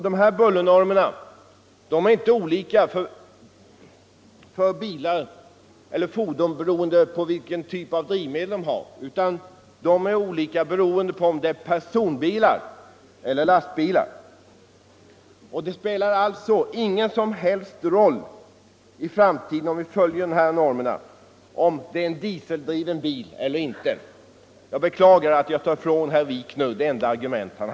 Dessa normer är inte olika för olika typer av drivmedel, utan de varierar med hänsyn till om det gäller personbilar eller lastbilar. Det spelar alltså ingen som helst roll i framtiden enligt dessa normer om det är en dieseldriven eller bensindriven bil. Normerna är alltså lika för alla bilar.